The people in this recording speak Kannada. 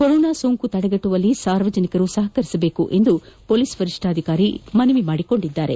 ಕೊರೊನಾ ಸೋಂಕು ತಡೆಗಟ್ಟುವಲ್ಲಿ ಸಾರ್ವಜನಿಕರು ಸಹಕರಿಸಬೇಕು ಎಂದು ಪೊಲೀಸ್ ವರಿಷ್ಠಾಧಿಕಾರಿ ಮನವಿ ಮಾಡಿದ್ದಾರೆ